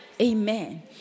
Amen